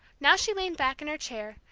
now she leaned back in her chair,